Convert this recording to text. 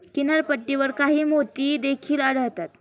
किनारपट्टीवर काही मोती देखील आढळतात